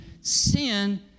sin